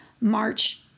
March